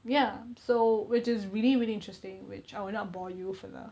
ya so which is really really interesting which I will not bore you further